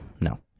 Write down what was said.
No